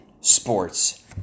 Sports